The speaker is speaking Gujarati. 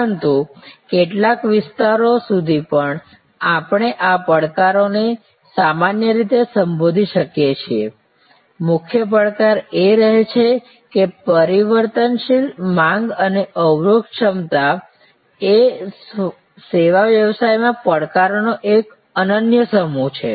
પરંતુ કેટલાક વિસ્તારો સુધી પણ આપણે આ પડકારોને સામાન્ય રીતે સંબોધી શકીએ છીએ મુખ્ય પડકાર એ રહે છે કે પરિવર્તનશીલ માંગ અને અવરોધ ક્ષમતા એ સેવા વ્યવસાયમાં પડકારોનો એક અનન્ય સમૂહ છે